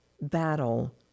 battle